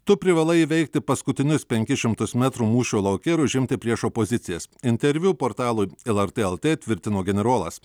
tu privalai įveikti paskutinius penkis šimtus metrų mūšio lauke ir užimti priešo pozicijas interviu portalui lrt lt tvirtino generolas